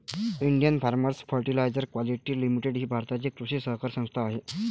Indian farmers fertiliser quality limited ही भारताची कृषी सहकारी संस्था आहे